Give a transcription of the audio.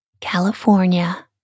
California